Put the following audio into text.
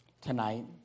tonight